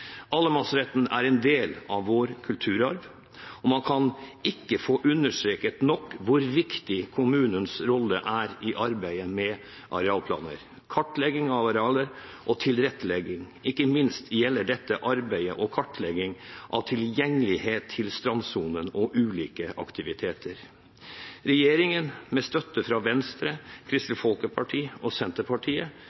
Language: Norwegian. er en del av vår kulturarv, og man kan ikke få understreket nok hvor viktig kommunens rolle er i arbeidet med arealplaner, kartlegging av arealer og tilrettelegging, ikke minst gjelder dette arbeidet med kartlegging av tilgjengelighet til strandsonen og av ulike aktiviteter. Regjeringen, med støtte fra Venstre,